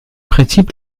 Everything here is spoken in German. prinzip